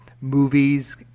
movies